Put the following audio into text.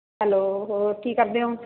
hello ਹੋਰ ਕੀ ਕਰਦੇ ਹੋ